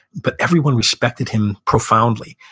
but everyone respected him profoundly.